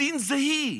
הדין זה היא.